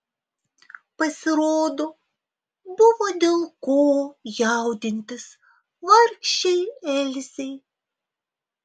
pasirodo buvo dėl ko jaudintis vargšei elzei